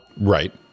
Right